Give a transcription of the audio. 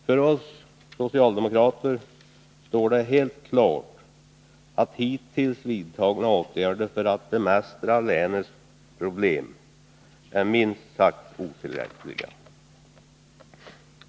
För oss socialdemokrater står det helt klart att hittills vidtagna åtgärder för att bemästra länets problem är minst sagt otillräckliga.